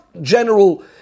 general